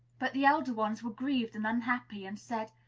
but the elder ones were grieved and unhappy, and said,